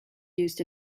used